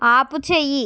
ఆపుచేయి